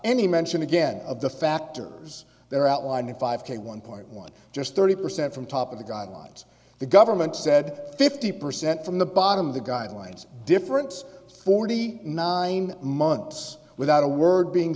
any mention again of the factors that are outlined in five k one point one just thirty percent from top of the guidelines the government said fifty percent from the bottom of the guidelines difference forty nine months without a word being